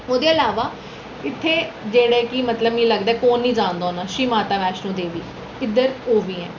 ओह्दे अलावा इत्थै जेह्ड़े कि मिगी लगदा ऐ कुन निं जानदा होना श्री माता वैश्णो देवी इद्धर ओह् बी ऐं